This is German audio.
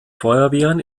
feuerwehren